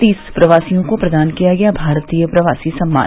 तीस प्रवासियों को प्रदान किया भारतीय प्रवासी सम्मान